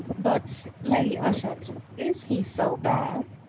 but lady ushant is he so bad?